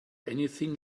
anything